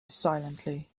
silently